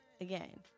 again